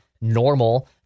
normal